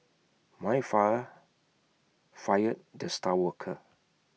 my fire fired the star worker